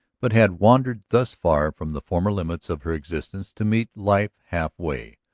but had wandered thus far from the former limits of her existence to meet life half way,